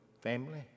family